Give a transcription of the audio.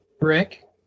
Rick